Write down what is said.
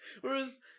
Whereas